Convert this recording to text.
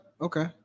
okay